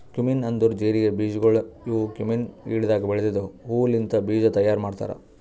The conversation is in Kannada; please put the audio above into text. ಕ್ಯುಮಿನ್ ಅಂದುರ್ ಜೀರಿಗೆ ಬೀಜಗೊಳ್ ಇವು ಕ್ಯುಮೀನ್ ಗಿಡದಾಗ್ ಬೆಳೆದಿದ್ದ ಹೂ ಲಿಂತ್ ಬೀಜ ತೈಯಾರ್ ಮಾಡ್ತಾರ್